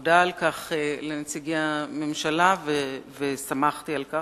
מודה על כך לנציגי הממשלה ושמחתי על כך,